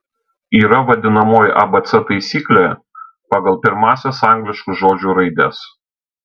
yra vadinamoji abc taisyklė pagal pirmąsias angliškų žodžių raides